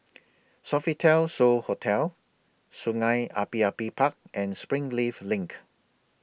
Sofitel So Hotel Sungei Api Api Park and Springleaf LINK